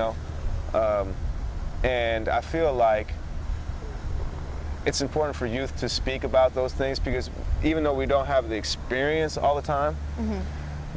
know and i feel like it's important for us to speak about those things because even though we don't have the experience all the time